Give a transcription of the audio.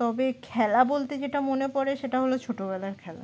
তবে খেলা বলতে যেটা মনে পড়ে সেটা হলো ছোটোবেলার খেলা